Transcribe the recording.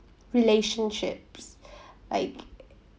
relationships I